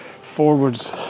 forwards